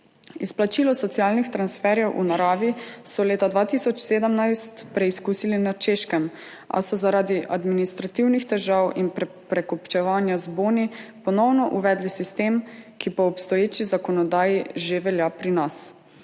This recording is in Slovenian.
Izplačilo socialnih transferjev v naravi so leta 2017 preizkusili na Češkem, a so zaradi administrativnih težav in prekupčevanja z boni ponovno uvedli sistem, ki po obstoječi zakonodaji že velja pri nas.